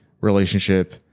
relationship